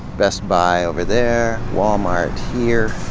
best buy over there, walmart here.